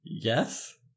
Yes